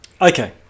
Okay